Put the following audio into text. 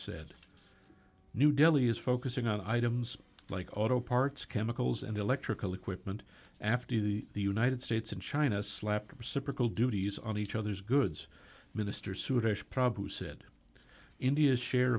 said new delhi is focusing on items like auto parts chemicals and electrical equipment after the united states and china slapped reciprocal duties on each other's goods minister sudesh prabhu said india's share